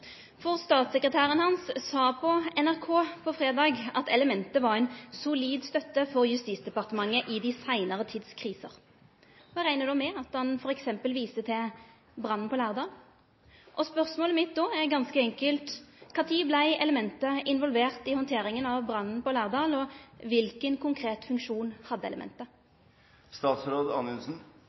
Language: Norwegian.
for statssekretæren hans sa på NRK på fredag at elementet var ei «solid støtte» for Justisdepartementet i den seinare tids kriser. Eg reknar då med at han f.eks. viste til brannen i Lærdal. Spørsmålet mitt då er ganske enkelt: Kva tid vart elementet involvert i handteringa av brannen i Lærdal, og kva for konkret funksjon hadde